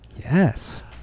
Yes